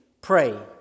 pray